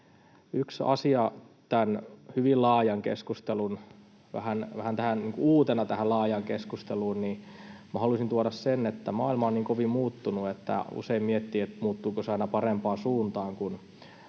Yhtenä vähän uutena asiana tähän hyvin laajaan keskusteluun haluaisin tuoda sen, että maailma on niin kovin muuttunut, että usein miettii, muuttuuko se aina parempaan suuntaan. Kun